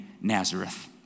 Nazareth